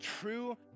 true